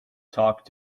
talked